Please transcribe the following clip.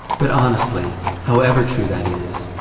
but honestly, however true that is,